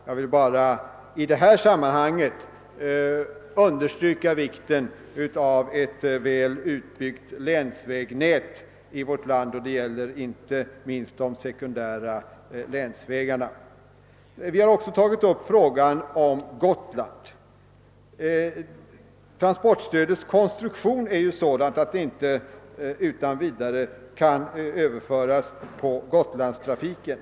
Jag vill i det sammanhanget bara understryka vikten av ett väl utbyggt länsvägnät i vårt land — det gäller inte minst de sekundära länsvägarna. Vi reservanter från folkpartiet har också tagit upp förhållandena för Gotland. Transportstödets konstruktion är sådan att reglerna inte utan vidare kan överföras på Gotlandstrafiken.